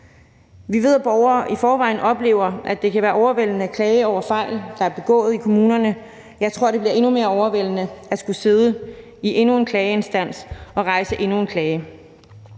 Vi ved, at borgere i forvejen oplever, at det kan være overvældende at klage over fejl, der er begået i kommunerne, og jeg tror, det bliver endnu mere overvældende at skulle sidde i endnu en klageinstans og rejse endnu en klage.